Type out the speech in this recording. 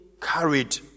carried